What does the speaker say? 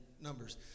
numbers